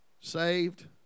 Saved